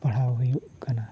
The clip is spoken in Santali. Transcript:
ᱯᱟᱲᱦᱟᱣ ᱦᱩᱭᱩᱜ ᱠᱟᱱᱟ